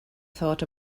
thought